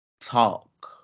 talk